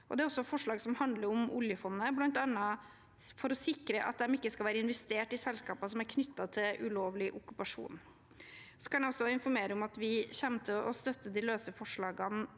det er forslag som handler om oljefondet, bl.a. for å sikre at det ikke skal investeres i selskaper som er knyttet til ulovlig okkupasjon. Jeg kan også informere om at vi sekundært kommer til å støtte de løse forslagene